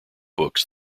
books